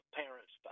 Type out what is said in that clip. parents